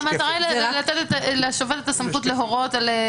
המטרה היא לתת לשופט את הסמכות להורות.